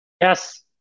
Yes